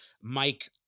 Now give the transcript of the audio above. Mike